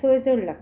सोय चड लागता